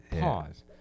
Pause